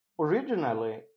originally